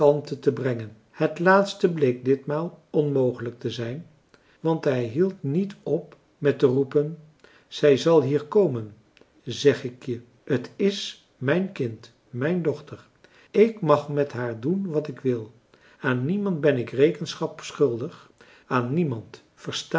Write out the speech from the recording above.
te brengen het laatste bleek ditmaal onmogelijk te zijn want hij hield niet op met te roepen zij zal hier komen zeg ik je t is mijn kind mijn dochter ik mag met haar doen wat ik wil aan niemand ben ik rekenschap schuldig aan niemand versta